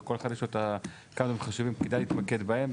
לכל אחד יש את הכמה החשובים שכדאי להתמקד בהם.